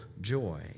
joy